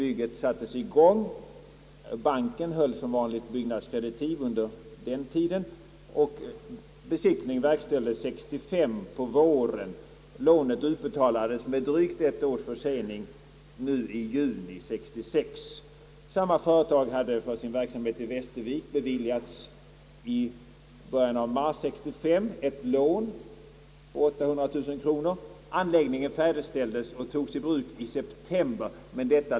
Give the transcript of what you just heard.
Bygget sattes i gång omedelbart. Banken höll som vanligt byggnadskreditiv och besiktning verkställdes våren 1965. Lånet utbetalades med drygt ett års försening i juni 1966. Samma företag hade för sin verksamhet i Västervik i början av mars 1965 beviljats ett lån på 800000 kronor. Anläggningen färdigställdes och togs i bruk i september samma år.